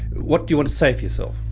what do you want to say for yourself?